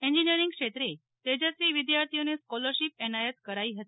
engineering ક્ષેત્રે તેજસ્વી વિદ્યાર્થીઓને સ્કીલરશીપ એનાયત કરાઈ હતી